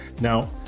Now